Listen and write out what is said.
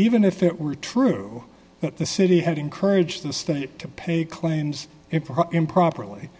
even if it were true that the city had encouraged the state to pay claims if improperly